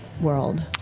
world